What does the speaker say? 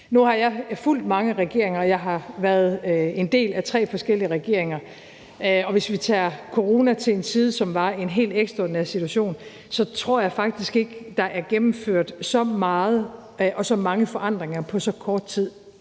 Nu har jeg fulgt mange regeringer, og jeg har været en del af tre forskellige regeringer. Og hvis vi tager corona, som var en helt ekstraordinær situation, til en side, så tror jeg faktisk ikke, at der er gennemført så meget og så mange forandringer på så kort tid,